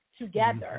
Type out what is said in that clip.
together